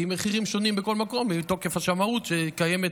כי המחירים שונים בכל מקום מתוקף השמאות הקיימת.